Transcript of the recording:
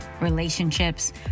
relationships